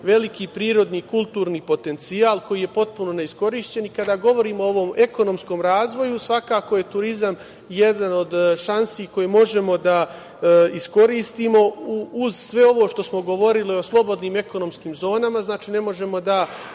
veliki prirodni kulturni potencijal koji je potpuno neiskorišćen. Kada govorimo ovom ekonomskom razvoju, svakako je turizam jedna od šansi koju možemo da iskoristimo uz sve ovo što smo govorili o slobodnim ekonomskim zonama. Znači, ne možemo da